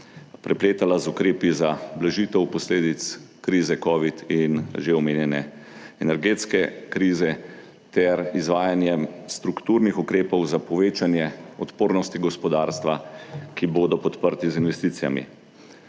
prepletala z ukrepi za blažitev posledic krize Covid in že omenjene energetske krize, ter izvajanjem strukturnih ukrepov za povečanje odpornosti gospodarstva, ki bodo podprti z investicijami.